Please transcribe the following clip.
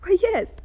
Yes